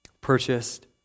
purchased